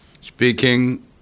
speaking